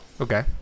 Okay